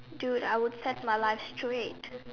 dude I will set my life straight